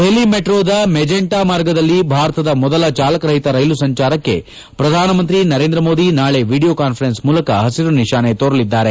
ದೆಹಲಿ ಮೆಟ್ರೊದ ಮೆಜೆಂಟಾ ಮಾರ್ಗದಲ್ಲಿ ಭಾರತದ ಮೊದಲ ಚಾಲಕರಹಿತ ರೈಲು ಸಂಚಾರಕ್ಕೆ ಪ್ರಧಾನಮಂತ್ರಿ ನರೇಂದ್ರ ಮೋದಿ ನಾಳೆ ವಿಡಿಯೊ ಕಾನ್ವರೆನ್ಸ್ ಮೂಲಕ ಹಸಿರು ನಿಶಾನೆ ತೋರಲಿದ್ದಾರೆ